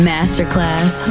Masterclass